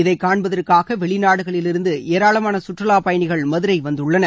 இதை காண்பதற்காக வெளிநாடுகளிலிருந்து ஏராளமான சுற்றுலாப் பயணிகள் மதுரை வந்துள்ளனர்